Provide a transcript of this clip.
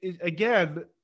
again